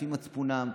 לפי מצפונם,